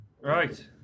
right